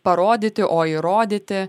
parodyti o įrodyti